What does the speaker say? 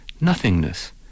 Nothingness